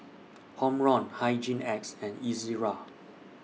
Omron Hygin X and Ezerra